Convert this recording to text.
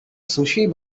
sushi